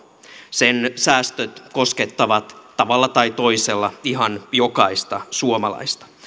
sen säästöt koskettavat tavalla tai toisella ihan jokaista suomalaista